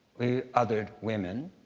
we othered women.